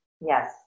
Yes